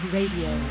Radio